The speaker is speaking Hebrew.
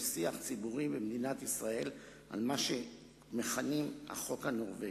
שיח ציבורי במדינת ישראל על מה שמכנים "החוק הנורבגי".